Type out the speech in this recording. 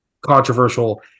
controversial